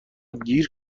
گیر